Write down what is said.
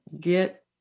get